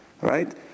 right